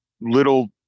little